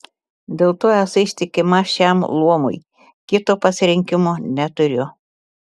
dėl to esu ištikima šiam luomui kito pasirinkimo neturiu